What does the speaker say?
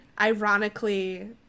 ironically